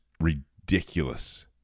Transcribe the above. ridiculous